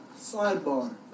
Sidebar